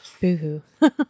Boo-hoo